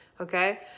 Okay